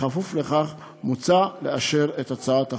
בכפוף לכך, מוצע לאשר את הצעת החוק.